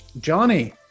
johnny